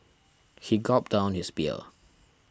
he gulped down his beer